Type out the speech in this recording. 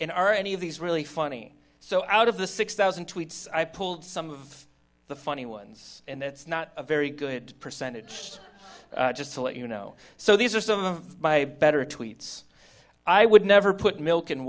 are any of these really funny so out of the six thousand tweets i pulled some of the funny ones and that's not a very good percentage just to let you know so these are some of my better tweets i would never put milk